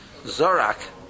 Zorak